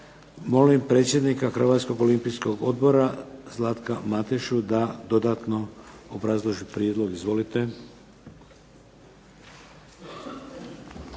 Molim predsjednika Hrvatskog olimpijskog odbora Zlatka Matešu da dodatno obrazloži prijedlog. Izvolite.